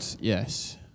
Yes